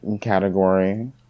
category